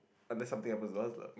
unless something happens to us lah